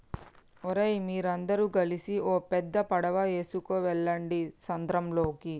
ఓరై మీరందరు గలిసి ఓ పెద్ద పడవ ఎసుకువెళ్ళండి సంద్రంలోకి